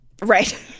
Right